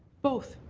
both.